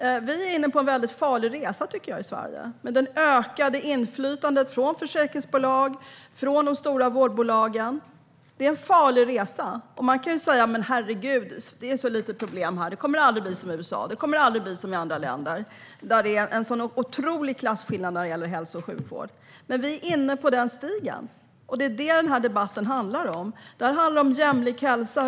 Vi är inne på en väldigt farlig resa i Sverige, tycker jag, med det ökade inflytandet från försäkringsbolag och från de stora vårdbolagen. Det är en farlig resa. Man kan säga: Herregud, det är så lite problem här. Det kommer aldrig att bli som i USA. Det kommer aldrig att bli som i andra länder, där det är en otrolig klasskillnad när det gäller hälso och sjukvård. Men vi är inne på den stigen, och det är det denna debatt handlar om. Den handlar om jämlik hälsa.